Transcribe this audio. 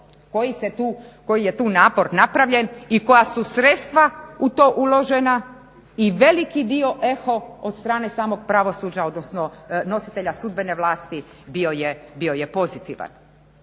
koji je tu napor napravljen i koja su sredstva u to uložena i veliki dio eho od strane samog pravosuđa odnosno nositelja sudbene vlasti bio je pozitivan.